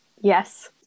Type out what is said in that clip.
Yes